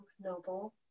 noble